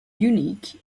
unique